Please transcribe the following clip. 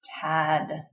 Tad